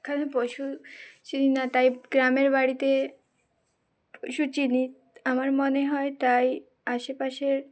এখানে পশু চিনি না তাই গ্রামের বাড়িতে পশু চিনি আমার মনে হয় তাই আশেপাশের